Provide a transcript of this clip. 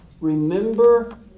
Remember